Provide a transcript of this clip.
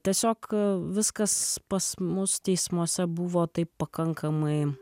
tiesiog viskas pas mus teismuose buvo taip pakankamai